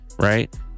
right